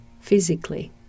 physically